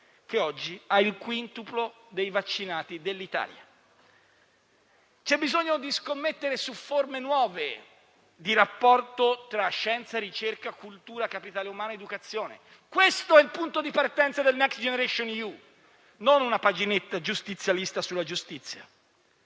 che oggi ha il quintuplo dei vaccinati dell'Italia. C'è bisogno di scommettere su forme nuove di rapporto tra scienza, ricerca, cultura, capitale umano ed educazione: questo è il punto di partenza del Next generation EU, non una paginetta giustizialista sulla giustizia.